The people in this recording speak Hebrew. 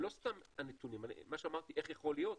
לא סתם הנתונים, מה שאמרתי, איך יכול להיות?